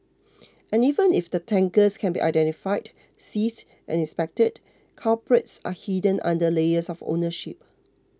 and even if the tankers can be identified seized and inspected culprits are hidden under layers of ownership